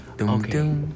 Okay